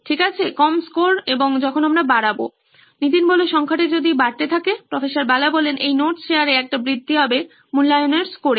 ঠিক আছে কম স্কোর এবং যখন আমরা বাড়াবো নীতিন সংখ্যাটা যদি বাড়তে থাকে প্রফ্ বালা এই নোটস শেয়ারে একটা বৃদ্ধি হবে মূল্যায়নের স্কোরে